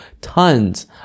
tons